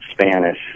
Spanish